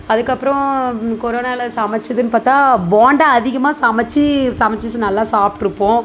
அதுக்கப்றம் கொரோனாவில் சமைச்சதுன்னு பார்த்தா போண்டா அதிகமாக சமைச்சு சமைச்சிச்சி நல்லா சாப்பிட்ருப்போம்